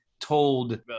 told